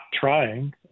trying